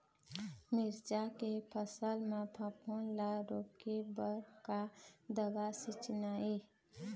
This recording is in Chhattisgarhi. मिरचा के फसल म फफूंद ला रोके बर का दवा सींचना ये?